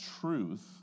truth